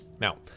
Now